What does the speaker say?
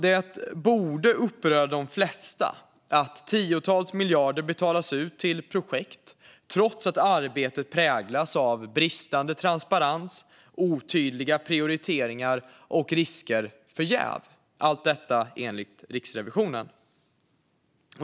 Det borde uppröra de flesta att tiotals miljarder betalas ut till projekt trots att arbetet präglas av bristande transparens, otydliga prioriteringar och risker för jäv - allt detta enligt Riksrevisionen.